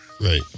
Right